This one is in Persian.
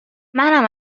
منم